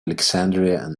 alexandria